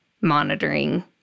monitoring